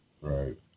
Right